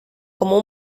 como